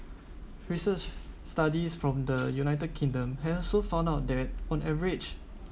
research studies from the united kingdom hence so found out that on average